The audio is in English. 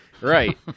Right